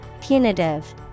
Punitive